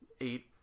Eight